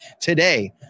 today